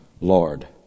Lord